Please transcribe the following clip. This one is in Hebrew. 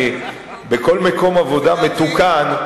כי בכל מקום עבודה מתוקן,